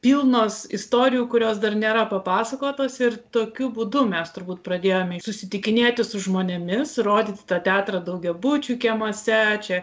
pilnos istorijų kurios dar nėra papasakotos ir tokiu būdu mes turbūt pradėjome susitikinėti su žmonėmis rodyti tą teatrą daugiabučių kiemuose čia